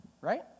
right